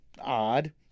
odd